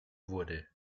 wurde